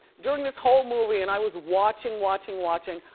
during this whole movie and i was watching, watching, watching,